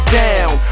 down